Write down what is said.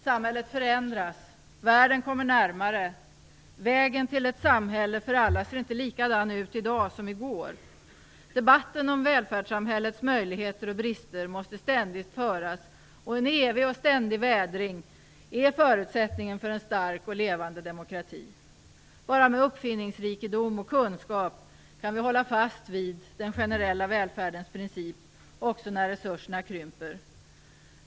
Samhället förändras, världen kommer närmare, vägen till ett samhälle för alla ser inte likadan ut i dag som i går. Debatten om välfärdssamhällets möjligheter och brister måste ständigt föras. En evig och ständig vädring är förutsättningen för en stark och levande demokrati. Bara med uppfinningsrikedom och kunskap kan vi hålla fast vid den generella välfärdens princip också när resurserna krymper.